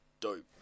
dope